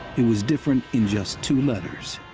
it was different in just two letters.